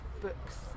books